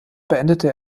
beendete